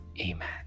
Amen